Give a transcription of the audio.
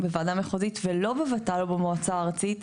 מחוזית ולא בוות"ל או במועצה הארצית,